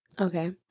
Okay